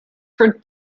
for